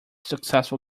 successful